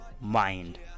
mind